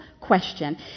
question